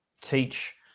teach